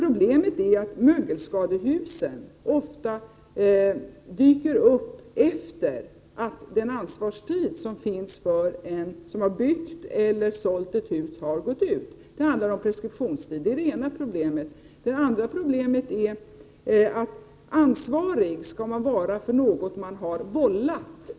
Problemet är att mögelskador ofta dyker upp efter det att ansvarstiden för den som byggt eller sålt ett hus har gått ut. Det handlar om preskriptionstid. Detta är det ena problemet. Det andra problemet består i att man för att anses vara ansvarig för något skall ha vållat det. Men om = Prot.